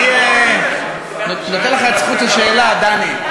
אני נותן לך את זכות השאלה, דני.